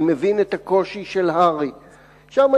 אני מבין את הקושי של ההסתדרות הרפואית,